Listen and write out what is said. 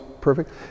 perfect